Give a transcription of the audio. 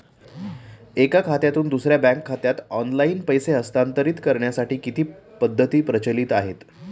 एका खात्यातून दुसऱ्या बँक खात्यात ऑनलाइन पैसे हस्तांतरित करण्यासाठी किती पद्धती प्रचलित आहेत?